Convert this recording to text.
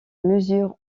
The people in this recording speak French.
mesure